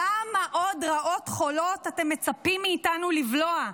כמה עוד רעות חולות אתם מצפים מאתנו לבלוע?